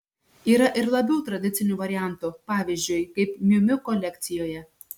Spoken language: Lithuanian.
yra ir labiau tradicinių variantų pavyzdžiui kaip miu miu kolekcijoje